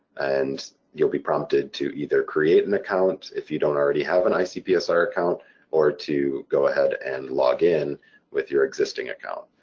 and you'll be prompted to either create an account if you don't already have an icpsr account or to go ahead and login with your existing account.